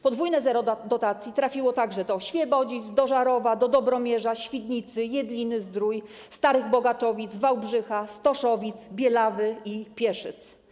Podwójne zero dotacji trafiło także do Świebodzic, do Żarowa, do Dobromierza, Świdnicy, Jedliny-Zdrój, Starych Bogaczowic, Wałbrzycha, Stoszowic, Bielawy i Pieszyc.